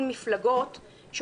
מפלגות שלא הזכרתי פה בחוות הדעת,